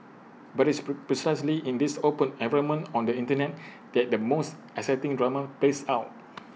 but IT is pre precisely in this open environment on the Internet that the most exciting drama plays out